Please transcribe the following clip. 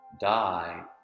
die